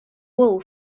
wool